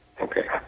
okay